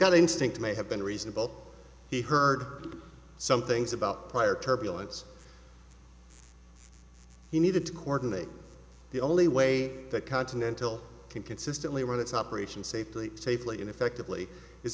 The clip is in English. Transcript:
gut instinct may have been reasonable he heard some things about prior turbulence he needed to coordinate the only way that continental can consistently run its operation safely safely and effectively is